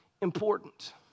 important